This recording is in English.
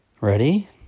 Ready